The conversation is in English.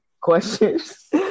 Questions